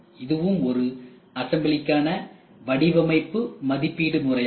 இதுவும் ஒரு அசெம்பிளிகான வடிவமைப்பு மதிப்பீடு முறையாகும்